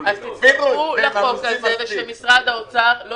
שתצטרפו להצעת החוק שלי ושמשרד האוצר לא